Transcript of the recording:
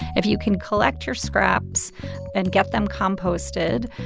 if you can collect your scraps and get them composted,